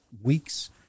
weeks